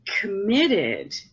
committed